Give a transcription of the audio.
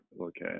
okay